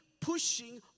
pushing